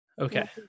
Okay